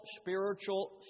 spiritual